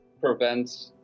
prevent